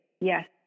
Yes